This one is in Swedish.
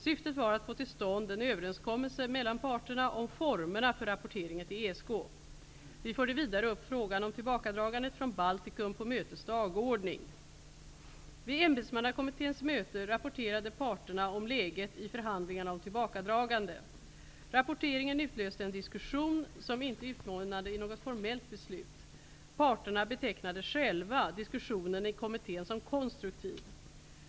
Syftet var att få till stånd en överenskommelse mellan parterna om formerna för rapporteringen till ESK. Vi förde vidare upp frågan om tillbakadragandet från Baltikum på mötets dagordning. Vid ämbetsmannakommitténs möte rapporterade parterna om läget i förhandlingarna om tillbakadragande. Rapporteringen utlöste en diskussion, som inte utmynnade i något formellt beslut. Parterna betecknade själva diskussionen i kommittén som konstruktiv.